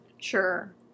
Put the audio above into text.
Sure